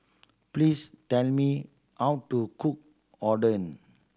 please tell me how to cook Oden